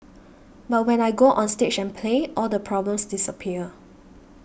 but when I go onstage and play all the problems disappear